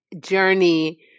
journey